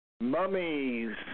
Mummies